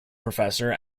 professor